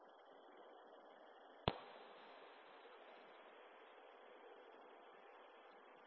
তরঙ্গ টা পাওয়া যাবে